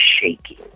shaking